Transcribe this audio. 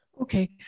Okay